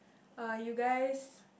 uh you guys